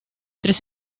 tres